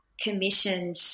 commissioned